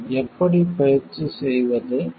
அதை எப்படி பயிற்சி செய்வது